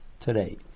today